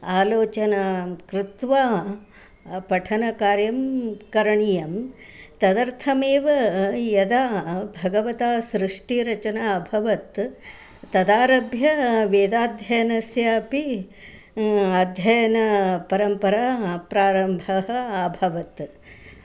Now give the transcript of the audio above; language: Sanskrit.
आलोचनां कृत्वा पठनकार्यं करणीयं तदर्थमेव यदा भगवता सृष्टिरचना अभवत् तदारभ्या वेदाध्ययनस्यापि अध्ययनापरम्परा प्रारम्भः अभवत्